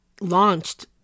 launched